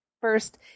first